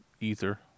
ether